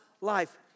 life